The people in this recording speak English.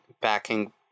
backing